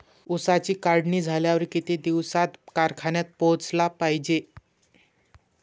ऊसाची काढणी झाल्यावर किती दिवसात कारखान्यात पोहोचला पायजे?